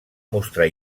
mostrar